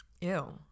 ew